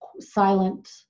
silent